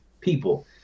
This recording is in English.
people